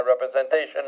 representation